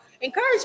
encourage